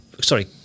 sorry